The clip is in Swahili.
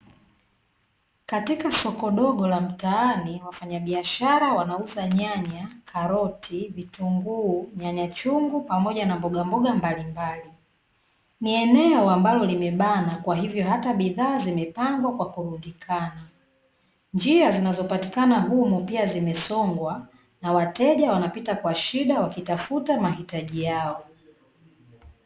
Katika soko dogo la mtaani wafanyabiashara wanauza nyanya, karoti, vitunguu, nyanya chungu pamoja na mbogamboga mbalimbali. Ni eneo ambalo limebanwa kwa hivyo hata bidhaa zimepangwa kwa kurundikana, njia zinazopatikana humo pia zimesongwa na wateja wanapita kwa shida wakitafuta mahitaji yao.